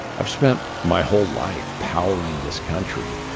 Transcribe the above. i've spent my whole life powering this country,